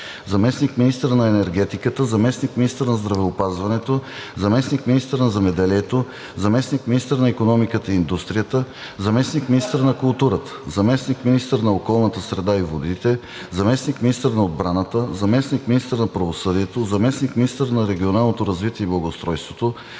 заместник-министър на енергетиката, заместник-министър на здравеопазването, заместник-министър на земеделието, заместник-министър на икономиката и индустрията, заместник-министър на културата, заместник-министър на околната среда и водите, заместник-министър на отбраната, заместник-министър на правосъдието, заместник-министър на регионалното развитие и благоустройството,